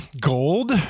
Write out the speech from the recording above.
gold